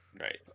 Right